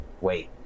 wait